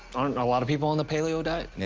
aren't a lot of people on the paleo diet? no,